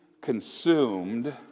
consumed